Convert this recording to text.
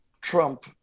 Trump